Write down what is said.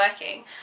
working